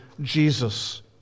Jesus